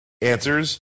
answers